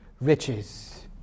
riches